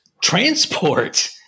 transport